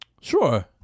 Sure